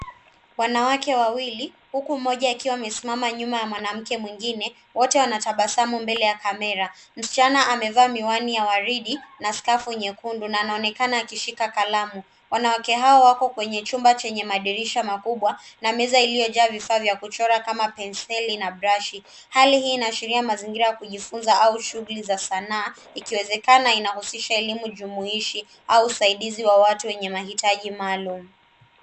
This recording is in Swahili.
Wanawake wawili huku mmoja akiwa amesimama mbele ya mwanamke mwengine, wote wanatabasamu nyuma ya kamera. Msichana amevaa miwani ya waridi na skafu nyekundu na anaonekana akishika kalamu. Wanawake hawa wako kwenye chumba chenye madirisha makubwa na meza iliyojaa vifaa vya kuchora kama penseli na brashi. Hali hii inaashiria mazingira ya kujifunza au shughuli za sanaa ikiwezekana inahusisha elimu jumuishi au usaidiza wa watu wenye mahitaji maalum.